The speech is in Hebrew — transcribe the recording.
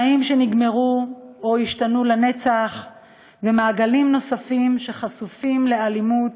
חיים שנגמרו או השתנו לנצח ומעגלים נוספים שחשופים לאלימות,